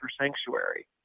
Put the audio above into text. sanctuary